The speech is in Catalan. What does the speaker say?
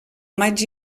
maig